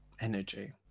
energy